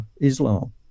Islam